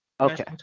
Okay